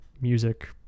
music